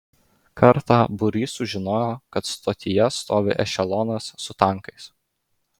kartą būrys sužinojo kad stotyje stovi ešelonas su tankais